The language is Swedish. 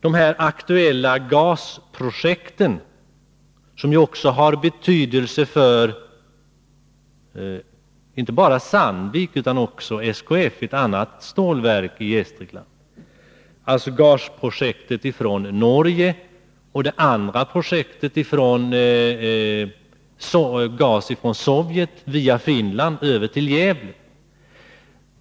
De aktuella gasprojekten har också betydelse, inte bara för Sandvik utan också för SKF, ett annat stålverk i Gästrikland. Jag tänker dels på projektet med gas från Norge, dels på projektet med gas från Sovjet via Finland över till Gävle.